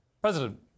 president